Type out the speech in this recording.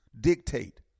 dictate